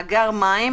מאגר מים,